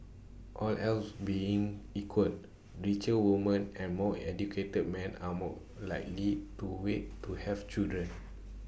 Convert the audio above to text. all else being equal richer woman and more educated men are more likely to wait to have children